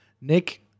Nick